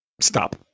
Stop